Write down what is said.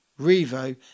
Revo